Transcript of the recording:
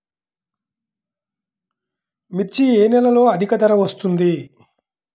మిర్చి ఏ నెలలో అధిక ధర వస్తుంది?